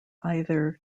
either